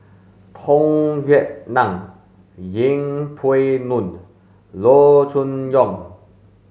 Tung Yue Nang Yeng Pway Ngon Loo Choon Yong